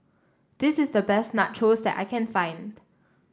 this is the best Nachos that I can find